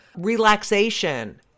relaxation